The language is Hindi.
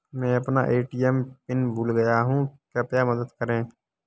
मैं अपना ए.टी.एम पिन भूल गया हूँ, कृपया मदद करें